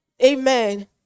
amen